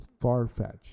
far-fetched